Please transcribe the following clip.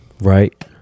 Right